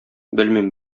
белмим